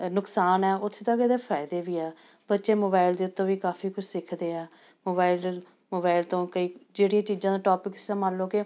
ਅ ਨੁਕਸਾਨ ਹੈ ਉੱਥੇ ਤੱਕ ਇਹਦੇ ਫਾਇਦੇ ਵੀ ਆ ਬੱਚੇ ਮੋਬਾਇਲ ਦੇ ਉੱਤੋਂ ਵੀ ਕਾਫੀ ਕੁਛ ਸਿੱਖਦੇ ਆ ਮੋਬਾਈਲ ਮੋਬਾਈਲ ਤੋਂ ਕਈ ਜਿਹੜੀਆਂ ਚੀਜ਼ਾਂ ਦਾ ਟੋਪਿਕ ਜਿਸ ਤਰ੍ਹਾਂ ਮੰਨ ਲਓ ਕਿ